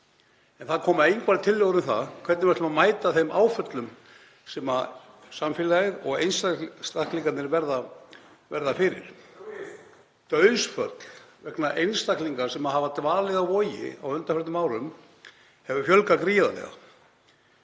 En það koma engar tillögur um það hvernig við ætlum að mæta þeim áföllum sem samfélagið og einstaklingarnir verða fyrir. Dauðsföllum einstaklinga sem hafa dvalið á Vogi á undanförnum árum hefur fjölgað gríðarlega.